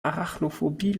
arachnophobie